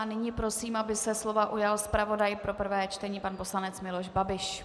Nyní prosím, aby se slova ujal zpravodaj pro prvé čtení pan poslanec Miloš Babiš.